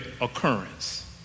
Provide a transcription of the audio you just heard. occurrence